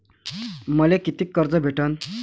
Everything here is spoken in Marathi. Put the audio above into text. मले कितीक कर्ज भेटन?